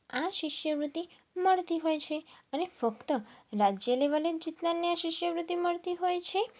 આ શિષ્યવૃત્તિ મળતી હોય છે અને ફક્ત રાજ્ય લેવલે જ જીતનારને આ શિષ્યવૃત્તિ મળતી હોય છે